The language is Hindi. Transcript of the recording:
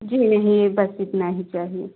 जी नहीं बस इतना ही चाहिए